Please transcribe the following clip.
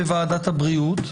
בוועדת הבריאות,